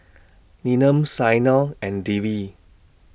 Neelam Saina and Devi